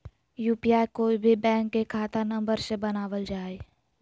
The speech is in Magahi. यू.पी.आई कोय भी बैंक के खाता नंबर से बनावल जा हइ